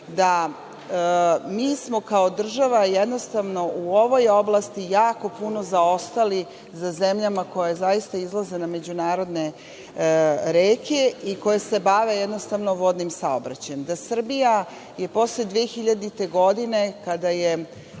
da mi smo kao država jednostavno u ovoj oblasti jako puno zaostali za zemljama koje zaista izlaze na međunarodne reke i koje se bave jednostavno vodnim saobraćajem. Srbija je posle 2000. godine, kada je